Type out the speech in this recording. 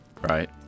Right